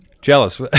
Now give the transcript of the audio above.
Jealous